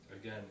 again